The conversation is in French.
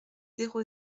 zéro